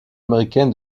américain